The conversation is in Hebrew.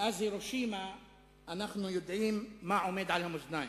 מאז הירושימה אנחנו יודעים מה עומד על המאזניים.